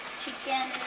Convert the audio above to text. Chicken